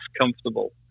comfortable